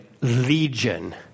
Legion